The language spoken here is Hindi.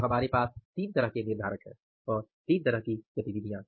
तो हमारे पास 3 तरह के निर्धारक हैं 3 तरह की गतिविधियाँ